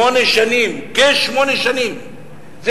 חיים כשמונה שנים פחות.